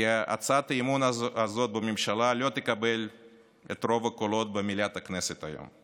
כי הצעת האי-אמון הזו בממשלה לא תקבל את רוב הקולות במליאת הכנסת היום,